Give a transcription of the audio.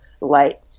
light